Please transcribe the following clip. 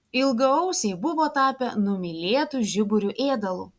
ilgaausiai buvo tapę numylėtu žiburių ėdalu